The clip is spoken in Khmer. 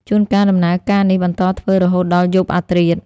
ជួនកាលដំណើរការនេះបន្តធ្វើរហូតដល់យប់អធ្រាត្រ។